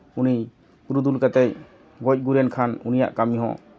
ᱩᱱᱤ ᱯᱩᱨᱩᱫᱷᱩᱞ ᱠᱟᱛᱮᱫ ᱜᱚᱡ ᱜᱩᱨᱮᱱ ᱠᱷᱟᱱ ᱩᱱᱤᱭᱟᱜ ᱠᱟᱹᱢᱤ ᱦᱚᱸ